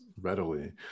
readily